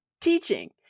teaching